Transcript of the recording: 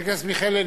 חבר הכנסת מיכאלי,